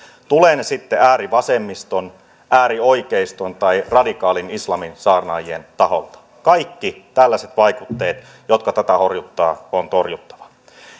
ne sitten äärivasemmiston äärioikeiston tai radikaalin islamin saarnaajien taholta kaikki tällaiset vaikutteet jotka tätä horjuttavat on torjuttava